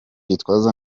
gitwaza